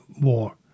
War